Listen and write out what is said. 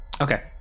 Okay